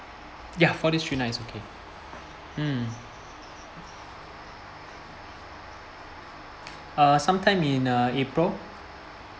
ya four days three night is okay mm uh some time in uh april